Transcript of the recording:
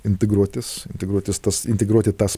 integruotis integruotis tas integruoti tas